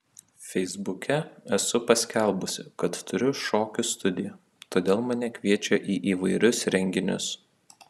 feisbuke esu paskelbusi kad turiu šokių studiją todėl mane kviečia į įvairius renginius